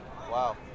Wow